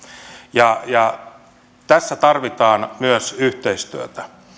ja ja tässä tarvitaan myös yhteistyötä